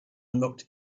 looked